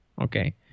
Okay